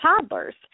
toddlers